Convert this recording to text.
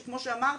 שכמו שאמרתי,